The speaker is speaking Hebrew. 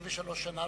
53 שנה,